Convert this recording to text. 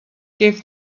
gave